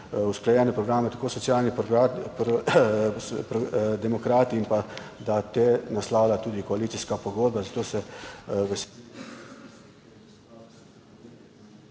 usklajene programe tako Socialni demokrati in da te naslavlja tudi koalicijska pogodba, zato se veselim